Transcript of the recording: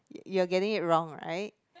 you're getting it wrong right